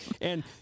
And-